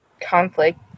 conflict